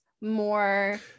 more